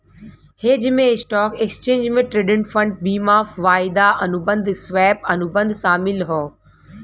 hedge में stock, exchange traded fund, बीमा, वायदा अनुबंध, स्वैप, अनुबंध शामिल हौ